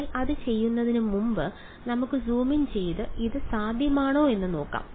എന്നാൽ അത് ചെയ്യുന്നതിന് മുമ്പ് നമുക്ക് സൂം ഇൻ ചെയ്ത് ഇത് സാധ്യമാണോ എന്ന് നോക്കാം